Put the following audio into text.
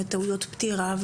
תעודות פטירה,